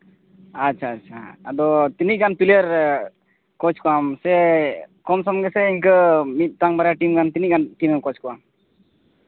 ᱟᱪᱪᱷᱟ ᱟᱪᱪᱷᱟ ᱛᱤᱱᱟᱹᱜ ᱜᱟᱱ ᱯᱞᱮᱭᱟᱨ ᱠᱳᱪ ᱠᱚᱣᱟᱢ ᱥᱮ ᱠᱚᱢ ᱥᱚᱢ ᱜᱮᱥᱮ ᱤᱱᱠᱟᱹ ᱢᱤᱫᱴᱟᱜ ᱵᱟᱨᱭᱟ ᱴᱤᱢ ᱜᱟᱱ ᱛᱤᱱᱟᱹᱜ ᱜᱟᱱ ᱴᱤᱢ ᱮᱢ ᱠᱳᱪ ᱠᱚᱣᱟ